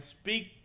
speak